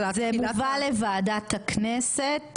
זה מובא לוועדת הכנסת